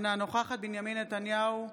אינה נוכחת בנימין נתניהו,